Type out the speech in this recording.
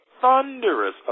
thunderous